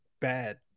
bad